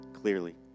clearly